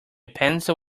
pencil